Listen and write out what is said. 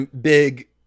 big